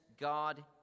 God